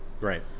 Right